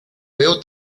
veo